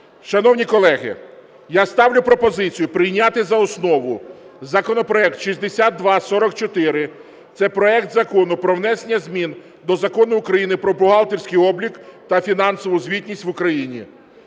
Шановні колеги, я ставлю пропозицію прийняти за основу законопроект 6244, це проект Закону про внесення змін до Закону України "Про бухгалтерський облік та фінансову звітність в Україні".